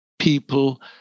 people